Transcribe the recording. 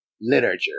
literature